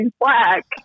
black